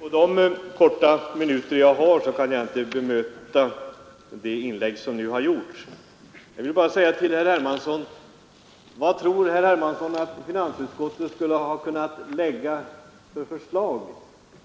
Herr talman! På de få minuter jag har till mitt förfogande kan jag inte bemöta alla de inlägg som här gjorts. Jag vill bara fråga herr Hermansson vilka förslag han tror att finansutskottet skulle ha kunnat lägga